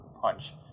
punch